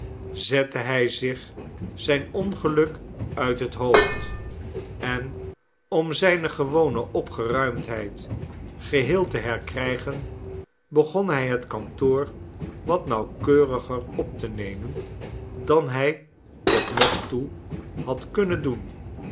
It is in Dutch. zette hij zich zijn ongeluk uit het hoofd en om zijne gewone opgeruimdheid geheel te herkrijgen begon hij het kantoor wat nauwkeuriger op te nemen dan hij tot nog toe had kunnen doen